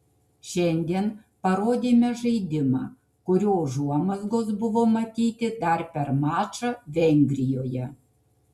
šiandien parodėme žaidimą kurio užuomazgos buvo matyti dar per mačą vengrijoje